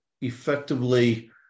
effectively